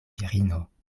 virino